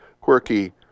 quirky